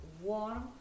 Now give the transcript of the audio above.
warm